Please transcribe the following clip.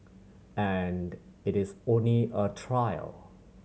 and it is only a trial